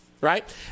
Right